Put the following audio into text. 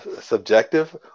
subjective